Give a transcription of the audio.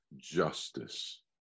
justice